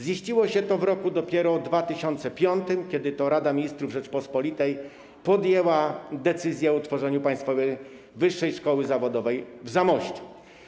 Ziściło się to dopiero w roku 2005, kiedy to Rada Ministrów Rzeczypospolitej podjęła decyzję o utworzeniu Państwowej Wyższej Szkoły Zawodowej w Zamościu.